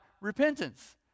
repentance